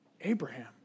Abraham